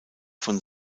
von